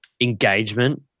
engagement